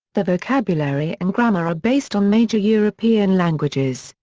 the vocabulary and grammar are based on major european languages,